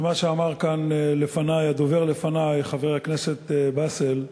ומה שאמר כאן הדובר לפני, חבר הכנסת באסל,